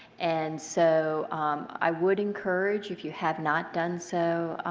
and so i would encourage if you have not done so,